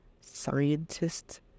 scientists